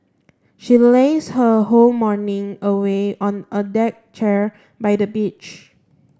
she lazed her whole morning away on a deck chair by the beach